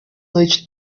noite